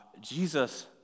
Jesus